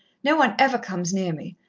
no one ever comes near me.